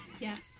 Yes